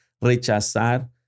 rechazar